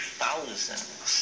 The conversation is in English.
thousands